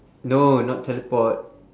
no not teleport